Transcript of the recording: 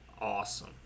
awesome